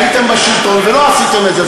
הייתם בשלטון ולא עשיתם את זה,